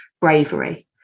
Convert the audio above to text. bravery